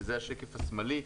וזה השקף השמאלי,